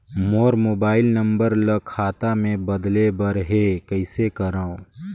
मोर mobile number ल खाता मे बदले बर हे कइसे करव?